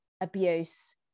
abuse